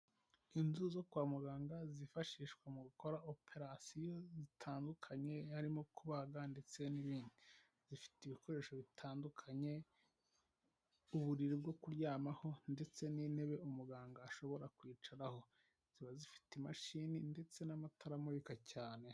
Inzu zo kwa muganga zifashishwa mu gukora operasiyo zitandukanye harimo kubaga ndetse n'ibindi zifite ibikoresho bitandukanye uburiri bwo kuryamaho ndetse n'intebe umuganga ashobora kwicaraho ziba zifite imashini ndetse n'amatara amurika cyane.